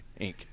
Inc